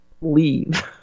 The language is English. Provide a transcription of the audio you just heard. leave